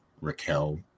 Raquel